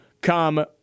come